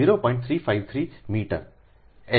353 metre L